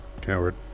Coward